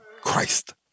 Christ